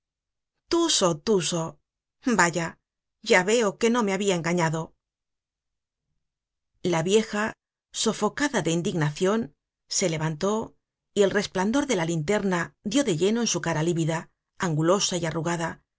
distancia tuso tuso vaya ya veo que no me habia engañado content from google book search generated at la vieja sofocada de indignacion se levantó y el resplandor de la linterna dió de lleno en su cara lívida angulosa y arrugada